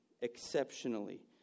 exceptionally